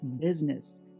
business